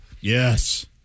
Yes